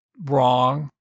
wrong